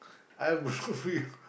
I